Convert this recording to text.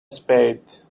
spade